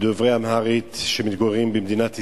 דוברי אמהרית שמתגוררים במדינת ישראל.